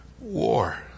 war